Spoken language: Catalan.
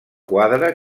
quadre